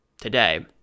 today